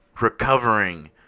recovering